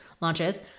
launches